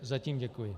Zatím děkuji.